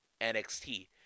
NXT